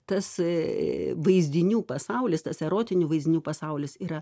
tasai vaizdinių pasaulis tas erotinių vaizdinių pasaulis yra